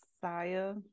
Saya